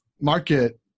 Market